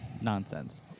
nonsense